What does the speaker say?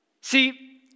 See